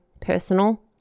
personal